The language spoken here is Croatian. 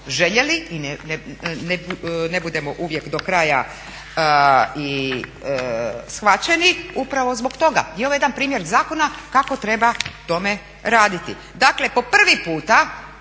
i ne budemo uvijek do kraja i shvaćeni upravo zbog toga. I ovo je jedan primjer zakona kako treba tome raditi. Dakle, po prvi puta